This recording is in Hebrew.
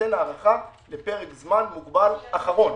תינתן הארכה לפרק זמן מוגבל אחרון.